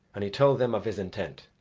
and he told them of his intent.